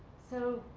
so